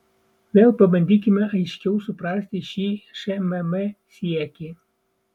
vėl pabandykime aiškiau suprasti šį šmm siekį